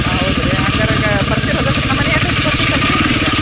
ಹೌದು ರೀ ಹಂಗರಗ ಬರ್ತೀರ ಹೌದಲ್ಲಾ ರೀ ನಮ್ಮ ಮನೆ ಅಡ್ರಸ್ ಗೊತೈತ್ತಲ್ಲಾ ರೀ ನಿಮಗೆ